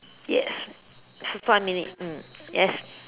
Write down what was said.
yes f~ five minutes mm yes